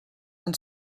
han